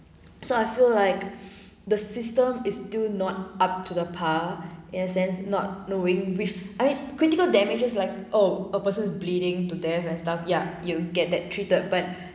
so I feel like the system is still not up to the par in a sense not knowing which I mean critical damages like oh a person bleeding to death and stuff ya you get that treated but